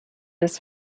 des